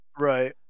right